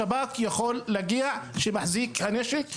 השב"כ יכול להגיע אל מחזיק הנשק,